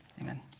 amen